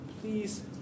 please